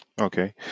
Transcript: Okay